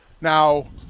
Now